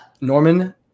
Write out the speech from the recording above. Norman